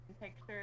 pictures